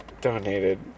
Donated